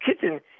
kitchen